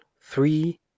three